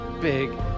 big